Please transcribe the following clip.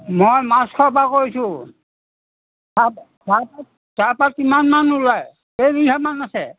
মই মাছখোৱাৰ পৰা কৈছোঁ চাহপাত কিমান মান ওলায় কেই বিঘামান আছে